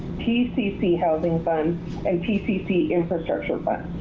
pcc housing funds, and pcc infrastructure funds.